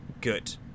good